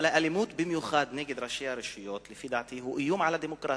אבל האלימות במיוחד נגד ראשי הרשויות היא לפי דעתי איום על הדמוקרטיה.